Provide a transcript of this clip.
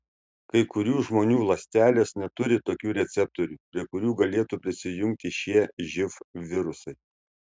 kai kurių žmonių ląstelės neturi tokių receptorių prie kurių galėtų prisijungti šie živ virusai